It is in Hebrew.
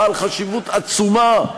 בעל חשיבות עצומה,